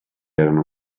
erano